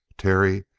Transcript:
terry,